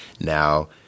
Now